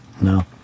No